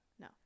No